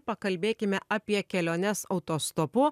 pakalbėkime apie keliones autostopu